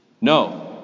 No